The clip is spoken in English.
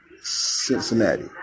Cincinnati